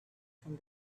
from